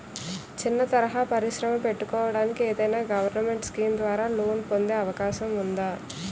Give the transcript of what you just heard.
చిన్న తరహా పరిశ్రమ పెట్టుకోటానికి ఏదైనా గవర్నమెంట్ స్కీం ద్వారా లోన్ పొందే అవకాశం ఉందా?